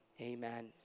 Amen